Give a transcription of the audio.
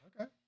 Okay